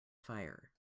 fire